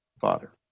father